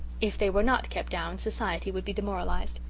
if they were not kept down society would be demoralized.